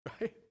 Right